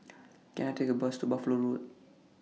Can I Take A Bus to Buffalo Road